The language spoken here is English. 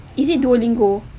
is it duolingo